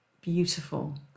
beautiful